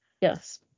Yes